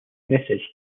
message